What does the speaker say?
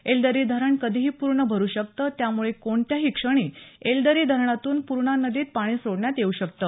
येलदरी धरण कधीही पूर्ण भरु शकतं त्यामुळे कोणत्याही क्षणी येलदरी धरणातून पूर्णा नदीत पाणी सोडण्यात येऊ शकतं